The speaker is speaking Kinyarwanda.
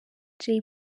jay